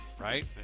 right